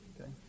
Okay